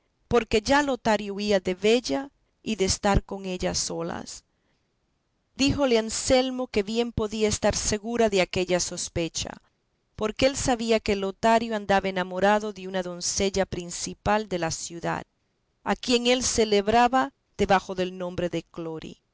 porque ya lotario huía de vella y de estar con ella a solas díjole anselmo que bien podía estar segura de aquella sospecha porque él sabía que lotario andaba enamorado de una doncella principal de la ciudad a quien él celebraba debajo del nombre de clori